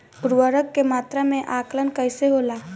उर्वरक के मात्रा में आकलन कईसे होला?